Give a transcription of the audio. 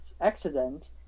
accident